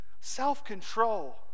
self-control